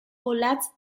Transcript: olatz